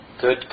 good